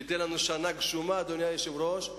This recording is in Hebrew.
שייתן לנו שנה גשומה, אדוני היושב-ראש.